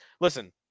listen